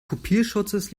kopierschutzes